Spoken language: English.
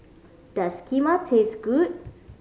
does Kheema taste good